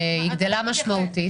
שהיא גדלה משמעותית.